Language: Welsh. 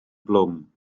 blwm